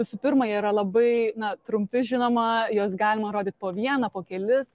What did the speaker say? visų pirma jie yra labai trumpi žinoma juos galima rodyt po vieną po kelis